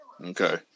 Okay